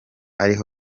ari